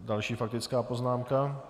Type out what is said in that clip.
Další faktická poznámka.